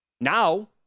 Now